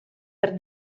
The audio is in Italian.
per